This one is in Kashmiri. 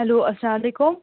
ہیٚلو اسلامُ علیکُم